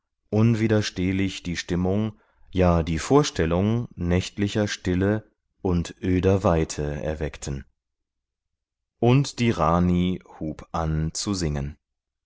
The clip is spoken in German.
unwiderstehlich die stimmung ja die vorstellung nächtlicher stille und öder weite erweckten und die rani hub an zu singen